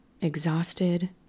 exhausted